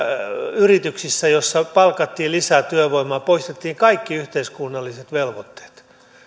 yrityksissä joissa palkattiin lisää työvoimaa poistettiin kaikki yhteiskunnalliset velvoitteet